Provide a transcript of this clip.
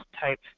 type